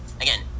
Again